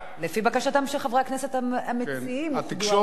לפי בקשתם של חברי הכנסת המציעים אוחדו,